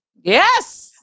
Yes